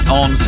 on